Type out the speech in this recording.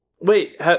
Wait